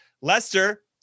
Leicester